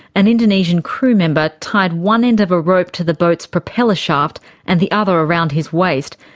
an indonesian crewmember tied one end of a rope to the boat's propeller shaft and the other around his waist,